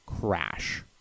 crash